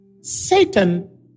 Satan